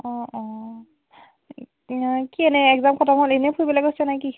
অঁ অঁ কি এনেই এক্জাম খটম হ'ল এনে ফুৰিবলৈ কৈছে নে কি